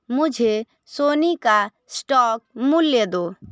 मुझे सोनी का स्टॉक मूल्य दो